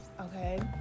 okay